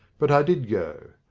but i did go.